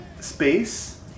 space